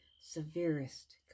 severest